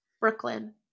Brooklyn